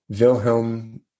wilhelm